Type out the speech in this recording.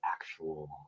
actual